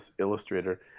Illustrator